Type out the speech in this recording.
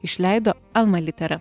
išleido alma litera